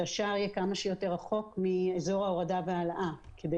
השער יהיה כמה שיותר רחוק מאזור ההורדה וההעלאה כדי